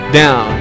down